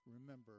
Remember